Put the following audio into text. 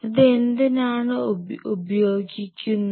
ഇത് എന്തിനാണ് ഉപയോഗിക്കുന്നത്